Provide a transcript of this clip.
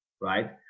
right